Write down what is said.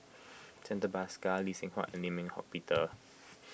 Santha Bhaskar Lee Seng Huat and Lim Eng Hock Peter